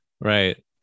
Right